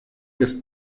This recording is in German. ist